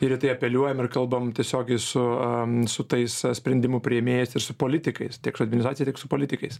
ir į tai apeliuojame ir kalbame tiesiogiai su su tais sprendimų priėmėjais ir su politikais tiek su organizacijom tiek su politikais